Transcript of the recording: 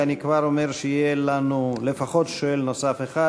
ואני כבר אומר שיהיה לנו לפחות שואל נוסף אחד,